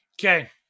Okay